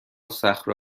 صخره